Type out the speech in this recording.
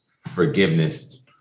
forgiveness